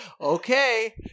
okay